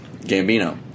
Gambino